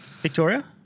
Victoria